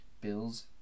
bills